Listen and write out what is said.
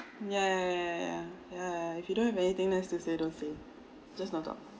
ya ya ya ya ya ya ya if you don't have anything nice to say don't say just don't talk